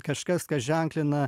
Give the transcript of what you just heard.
kažkas kas ženklina